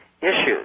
issues